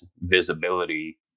visibility